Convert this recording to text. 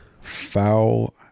foul